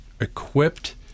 equipped